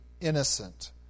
innocent